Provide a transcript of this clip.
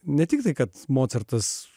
ne tik tai kad mocartas